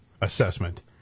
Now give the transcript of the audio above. assessment